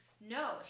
No